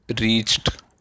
reached